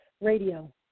Radio